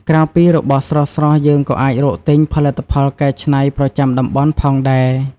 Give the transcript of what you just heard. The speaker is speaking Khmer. ក្រៅពីរបស់ស្រស់ៗ យើងក៏អាចរកទិញផលិតផលកែច្នៃប្រចាំតំបន់ផងដែរ។